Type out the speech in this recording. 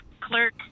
Clerk